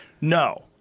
No